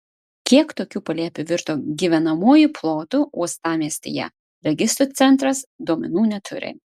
kiek tokių palėpių virto gyvenamuoju plotu uostamiestyje registrų centras duomenų neturi